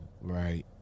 right